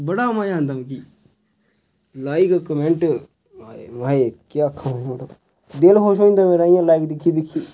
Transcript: बड़ा मजा आंदा मिगी लाइक कमेंट आए माए केह् आखां दिल खुश होई जंदा मेरा इ'यां लाइक दिक्खी दिक्खी